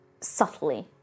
subtly